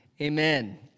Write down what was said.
Amen